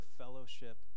fellowship